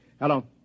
Hello